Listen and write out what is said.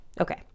Okay